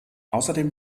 außerdem